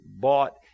bought